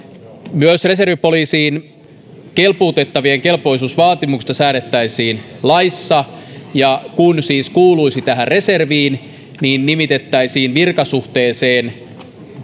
myös reservipoliisiin kelpuutettavien kelpoisuusvaatimuksista säädettäisiin laissa ja kun siis kuuluisi tähän reserviin nimitettäisiin virkasuhteeseen